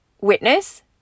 witness